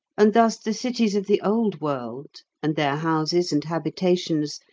and thus the cities of the old world, and their houses and habitations,